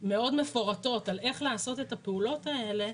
מאוד מפורטות איך לעשות את הפעולות האלה,